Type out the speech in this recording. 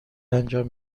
انجام